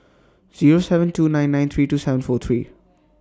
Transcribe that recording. Zero seven two nine nine three two seven four three